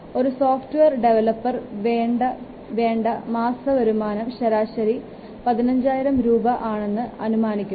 ഒരു software developer വേണ്ടേ മാസവരുമാനം ശരാശരി 15000 രൂപ ആണെന്ന് അനുമാനിക്കുക